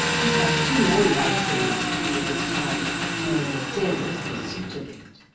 he had too many other things to do with his time to make a serious pursuit of it.